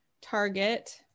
target